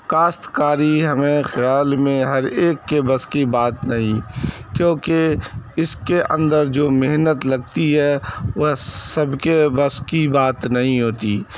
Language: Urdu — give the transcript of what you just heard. کاشت کاری ہمیں خیال میں ہر ایک کے بس کی بات نہیں کیوںکہ اس کے اندر جو محنت لگتی ہے وہ سب کے بس کی بات نہیں ہوتی